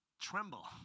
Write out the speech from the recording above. tremble